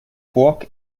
fork